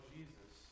Jesus